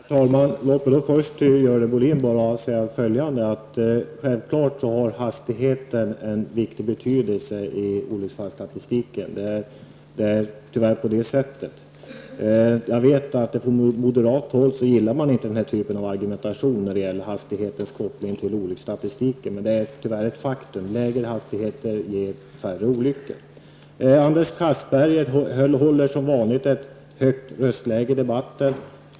Herr talman! Låt mig till Görel Bohlin säga följande. Självfallet har hastigheten en stor betydelse när det gäller olycksstatistiken. Det är tyvärr på det sättet. Jag vet att man från moderat håll inte gillar den här typen av argumentation när det gäller hastighetens koppling till olycksstatistiken. Men det är tyvärr ett faktum att lägre hastigheter ger färre olyckor. Anders Castberger håller som vanligt ett högt röstläge i debatten.